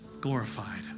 glorified